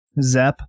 Zep